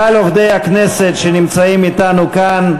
כלל עובדי הכנסת שנמצאים אתנו כאן,